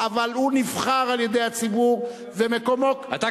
אבל הוא נבחר על-ידי הציבור ומקומו,